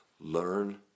Learn